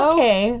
Okay